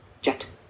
Jet